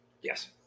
Yes